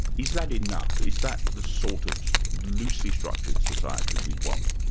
is that enough? is that the sort of loosely structured society we want?